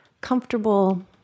comfortable